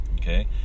Okay